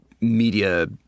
media